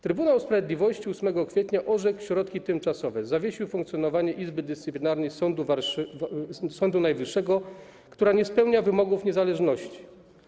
Trybunał Sprawiedliwości 8 kwietnia orzekł środki tymczasowe, zawiesił funkcjonowanie Izby Dyscyplinarnej Sądu Najwyższego, która nie spełnia wymogów niezależności.